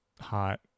hot